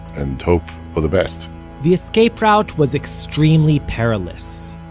and hope for the best the escape route was extremely perilous,